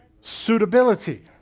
suitability